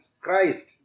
Christ